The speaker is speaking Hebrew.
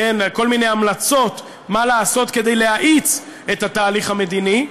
כל מיני המלצות מה לעשות כדי להאיץ את התהליך המדיני,